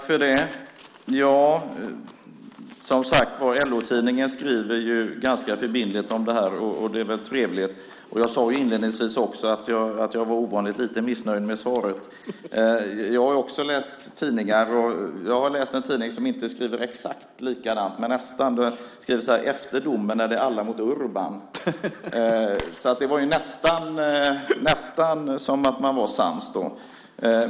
Fru talman! Ja, LO-tidningen skriver, som sagt, ganska förbindligt om det här, och det är väl trevligt. Jag sade också inledningsvis att jag var ovanligt lite missnöjd med svaret. Jag har också läst tidningar. Jag har läst en tidning där man inte skriver exakt likadant men nästan. Man skriver så här: Efter domen är det alla mot Urban. Det var ju nästan som att man var sams.